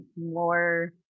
more